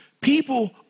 people